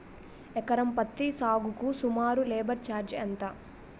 ఎకరం పత్తి సాగుకు సుమారు లేబర్ ఛార్జ్ ఎంత?